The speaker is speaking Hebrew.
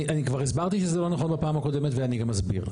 אני כבר הסברתי שזה לא נכון בפעם הקודמת ואני גם אסביר.